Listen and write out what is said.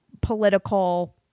political